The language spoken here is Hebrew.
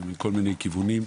ומכל מיני כיוונים,